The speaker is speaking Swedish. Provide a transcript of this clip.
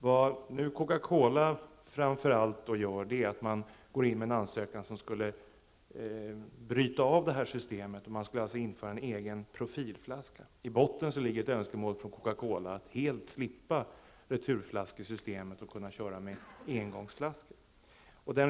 Vad nu framför allt Coca-Cola gör är att gå in med en ansökan som, om den bifölls, skulle bryta sönder det här systemet. Företaget skulle införa en egen profilflaska. I botten ligger ett önskemål från Coca Cola att helt slippa returflaskesystemet och kunna köra med engångsflaskor.